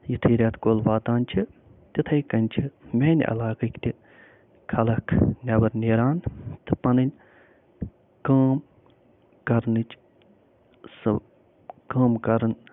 یُتھٕے رٮ۪تہٕ کول واتان چھُ تِتھَے کٔنۍ چھِ میٛانہِ علاقٕکۍ تہِ خلق نٮ۪بر نیران تہٕ پنٕںۍ کٲم کرنٕچ سُہ کٲم کَرُن